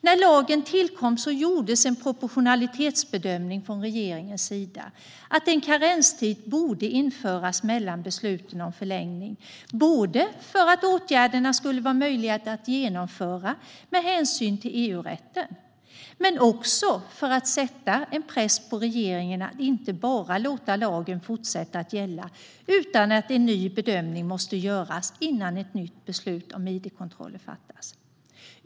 När lagen tillkom gjordes en proportionalitetsbedömning från regeringens sida att en karenstid borde införas mellan besluten om förlängning, både för att åtgärderna skulle vara möjliga att genomföra med hänsyn till EU-rätten och för att sätta press på regeringen att inte bara låta lagen fortsätta gälla. I stället måste en ny bedömning göras innan ett nytt beslut om id-kontroller fattas.